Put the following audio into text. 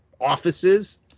offices